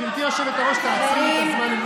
גברתי היושבת-ראש, תעצרי לי את הזמן.